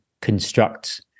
construct